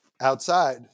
outside